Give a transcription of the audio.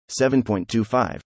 7.25